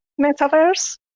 metaverse